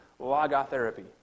Logotherapy